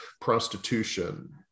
prostitution